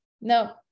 no